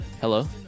Hello